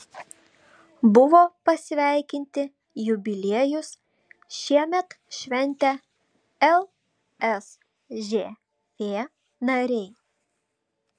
buvo pasveikinti jubiliejus šiemet šventę lsžf nariai